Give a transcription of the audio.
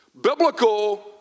Biblical